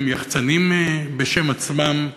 יחצנים בשם עצמם,